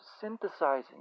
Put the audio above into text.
synthesizing